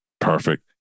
Perfect